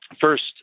First